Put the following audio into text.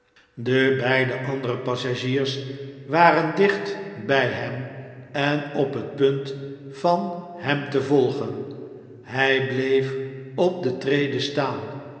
de beide andere passagiers waren dicht bjj hem en op het punt van hem te volgen hn bleef op de trede staan